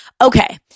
Okay